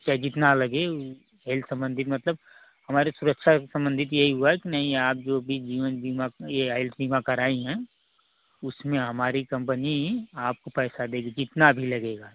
चाहे जितना लगे हेल्थ संबंधित मतलब हमारी सुरक्षा से संबंधित यही हुआ की नहीं आप जो भी जीवन बीमा ये आयु सीमा कराई हैं उसमें हमारी कम्पनी आपको पैसा देगी कितना भी लगेगा